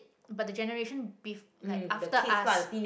but the generation bef~ like after us